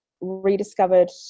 rediscovered